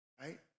right